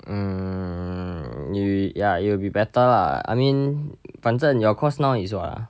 mm yo~ ya it'll be better lah I mean 反正 your course now is what ah